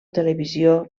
televisió